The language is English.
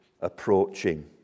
approaching